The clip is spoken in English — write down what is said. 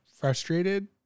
frustrated